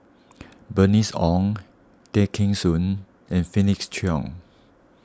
Bernice Ong Tay Kheng Soon and Felix Cheong